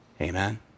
amen